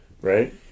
right